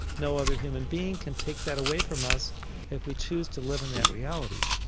no other human being can take that away from us if we choose to live in that reality.